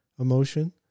emotion